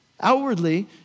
Outwardly